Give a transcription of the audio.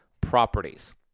properties